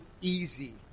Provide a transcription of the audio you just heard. easy